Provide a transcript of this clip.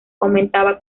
aumentaba